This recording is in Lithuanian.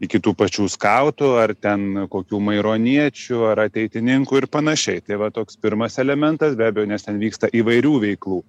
iki tų pačių skautų ar ten kokių maironiečių ar ateitininkų ir panašiai tai va toks pirmas elementas be abejo nes ten vyksta įvairių veiklų